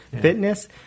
fitness